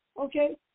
okay